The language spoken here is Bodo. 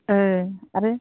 औ आरो